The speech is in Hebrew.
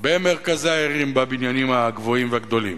במרכזי הערים בבניינים הגבוהים והגדולים,